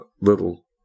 little